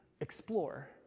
explore